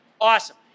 Awesome